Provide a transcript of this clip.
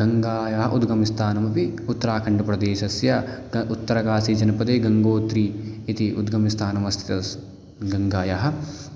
गङ्गायाः उद्गमस्थानमपि उत्तराखण्डप्रदेशस्य क उत्तरकाशीजनपदे गङ्गोत्रिः इति उद्गमस्थानमस्ति तदस् गङ्गायाः